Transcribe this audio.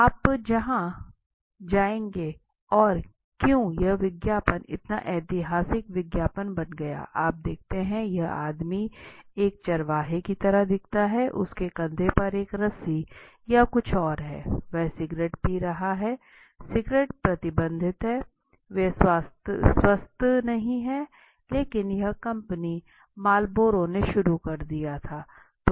आए जहां जायके हैं और क्यों यह विज्ञापन इतना ऐतिहासिक विज्ञापन बन गया आप देखते हैं कि यह आदमी एक चरवाहे की तरह दिखता है उसके कंधे पर एक रस्सी या कुछ और है वह सिगरेट पी रहा है सिगरेट प्रतिबंध हैं वे स्वस्थ नहीं हैं लेकिन यह कंपनी मार्लबोरो ने शुरू कर दिया था